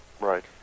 Right